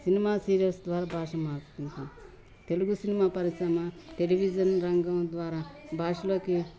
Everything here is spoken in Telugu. సినిమా సీరియల్స్ ద్వారా భాష మార్చకుంటాం తెలుగు సినిమా పరిశ్రమ టెలివిజన్ రంగం ద్వారా భాషలోకి